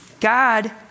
God